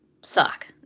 suck